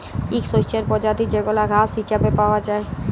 ইক শস্যের পরজাতি যেগলা ঘাঁস হিছাবে পাউয়া যায়